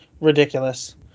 ridiculous